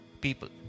people